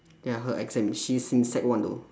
ya her exam she's in sec one though